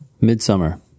Midsummer